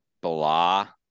blah